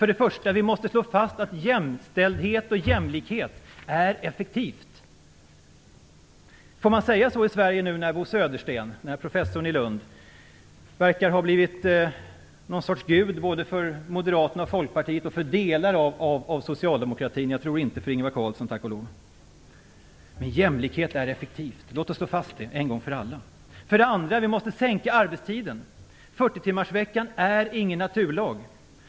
För det första måste vi slå fast att jämställdhet och jämlikhet är effektivt. Får man säga så i Sverige nu när Bo Södersten, professorn i Lund, verkar ha blivit något slags gud både för Moderaterna och Folkpartiet och även för delar av socialdemokratin? Jag tror dock inte att han är det för Ingvar Carlsson - tack och lov. Jämlikhet är effektivt! Låt oss slå fast det en gång för alla. För det andra måste vi sänka arbetstiden. 40 timmarsveckan är ingen naturlag.